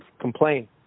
complain